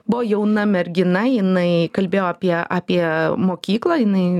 buvo jauna mergina jinai kalbėjo apie apie mokyklą jinai